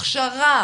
הכשרה,